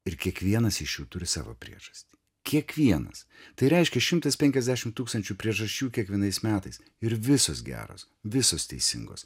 ir kiekvienas iš jų turi savo priežastį kiekvienas tai reiškia šimtas penkiasdešimt tūkstančių priežasčių kiekvienais metais ir visos geros visos teisingos